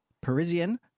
Parisian